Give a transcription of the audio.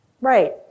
Right